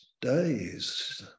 days